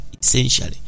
essentially